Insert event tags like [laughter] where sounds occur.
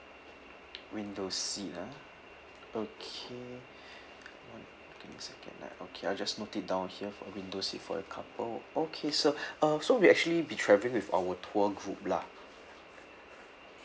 window seat ah okay [breath] one give me a second ah okay I'll just note it down here for a window seat for the couple okay sir [breath] uh so we actually be travelling with our tour group lah